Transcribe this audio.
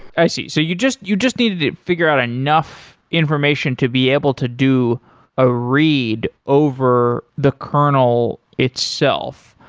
i see. so you just you just needed to figure out enough information to be able to do a read over the kernel itself.